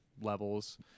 levels